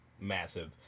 massive